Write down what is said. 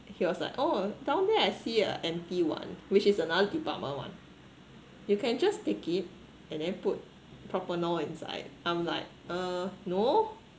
he was like oh down there I see a empty one which is another department [one] you can just take it and then put propanol inside I'm like uh no